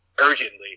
urgently